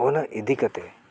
ᱚᱱᱟ ᱤᱫᱤ ᱠᱟᱛᱮᱫ